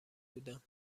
بودم